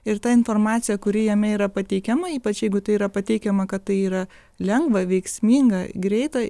ir ta informacija kuri jame yra pateikiama ypač jeigu tai yra pateikiama kad tai yra lengva veiksminga greita